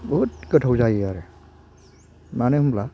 बहुद गोथाव जायो आरो मानो होमब्ला